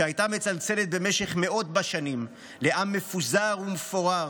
שהייתה מצלצלת במשך מאות בשנים לעם מפוזר ומפורר